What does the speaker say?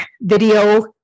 video